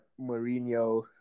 Mourinho